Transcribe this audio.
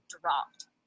dropped